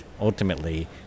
ultimately